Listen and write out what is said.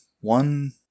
One